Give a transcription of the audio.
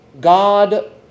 God